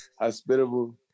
hospitable